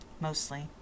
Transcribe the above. Mostly